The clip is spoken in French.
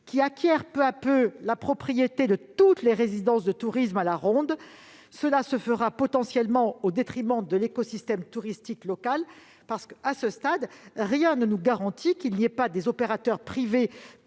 d'acquérir peu à peu la propriété de toutes les résidences de tourisme à la ronde, et ce potentiellement au détriment de l'écosystème touristique local. À ce stade, rien ne nous garantit qu'il n'y ait pas d'opérateurs privés